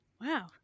wow